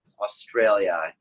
Australia